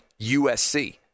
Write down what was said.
USC